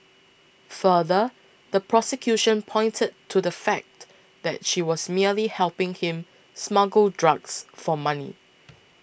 further the prosecution pointed to the fact that she was merely helping him smuggle drugs for money